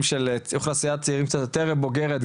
של אוכלוסיית צעירים קצת יותר בוגרת.